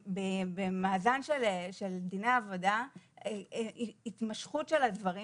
במאזן של דיני עבודה התמשכות של הדברים